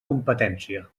competència